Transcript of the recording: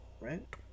right